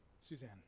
Suzanne